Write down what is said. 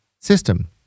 system